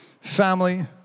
family